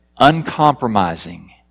uncompromising